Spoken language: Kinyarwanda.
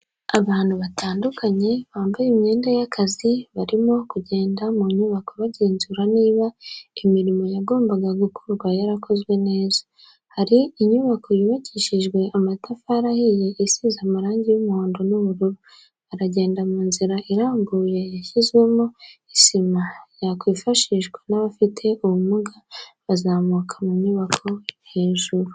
Abantu batandukanye bambaye imyenda y'akazi barimo kugenda mu nyubako bagenzura niba imirimo yagombaga gukorwa yarakozwe neza, hari inyubako yubakishije amatafari ahiye isize amarangi y'umuhondo n'ubururu, baragenda mu nzira irambuye yashyizwemo isima yakwifashishwa n'abafite ubumuga bazamuka mu nyubako hejuru.